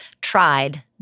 tried